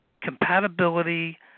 compatibility